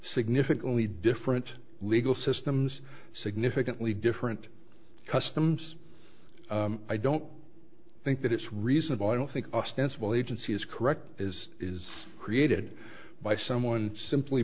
significantly different legal systems significantly different customs i don't think that it's reasonable i don't think ostensible agency is correct is is created by someone simply